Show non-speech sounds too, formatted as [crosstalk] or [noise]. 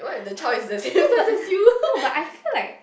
!huh! no but [breath] no but I feel like